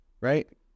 right